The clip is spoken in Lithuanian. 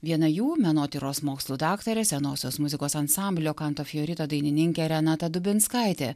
viena jų menotyros mokslų daktarė senosios muzikos ansamblio kanto fiorito dainininkė renata dubinskaitė